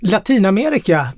Latinamerika